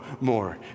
more